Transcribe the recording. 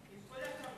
עם כל הכבוד.